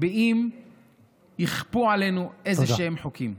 אם יכפו עלינו איזשהם חוקים.